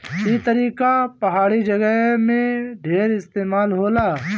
ई तरीका पहाड़ी जगह में ढेर इस्तेमाल होला